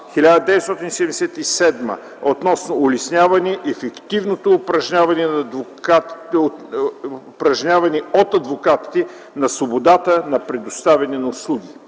1977 относно улесняване ефективното упражняване от адвокатите на свободата на предоставяне на услуги;